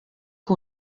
que